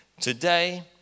Today